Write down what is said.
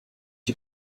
die